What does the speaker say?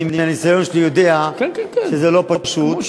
אני מהניסיון שלי יודע שזה לא פשוט,